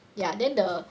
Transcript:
ya then the